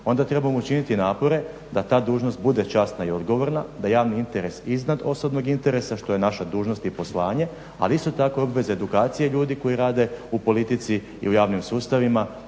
Onda trebamo učiniti napore da ta dužnost bude časna i odgovorna, da je javni interes iznad osobnog interesa što je naša dužnost i poslanje, ali isto tako i obveza edukacija ljudi koji rade u politici i u javnim sustavima